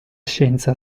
scienza